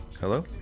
Hello